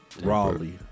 Raleigh